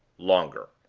longer.